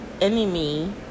enemy